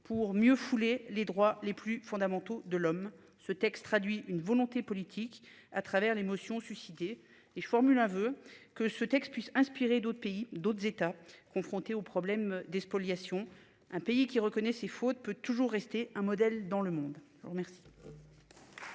pour mieux fouler les droits les plus fondamentaux de l'homme. Ce texte traduit une volonté politique à travers l'émotion suicidé et formule un voeu que ce texte puisse inspirer d'autres pays, d'autres États confrontés au problème des spoliations. Un pays qui reconnaît ses fautes peux toujours rester un modèle dans le monde au maire.